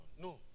No